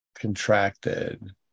contracted